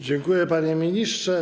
Dziękuję, panie ministrze.